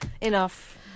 Enough